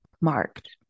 marked